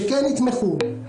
שכן יתמכו,